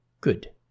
Good